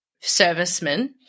servicemen